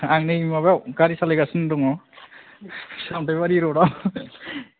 आं नै माबायाव गारि सालायगासिनो दङ सामथाइबारि र'द आव